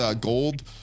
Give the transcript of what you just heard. gold